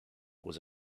was